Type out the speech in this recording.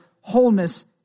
wholeness